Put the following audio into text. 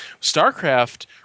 StarCraft